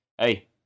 hey